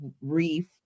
reef